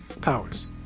powers